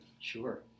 Sure